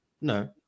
no